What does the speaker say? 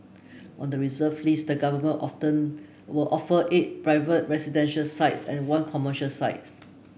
on the reserve list the government often will offer eight private residential sites and one commercial sites